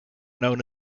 known